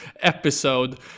episode